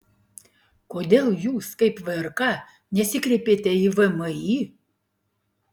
kodėl jūs kaip vrk nesikreipėte į vmi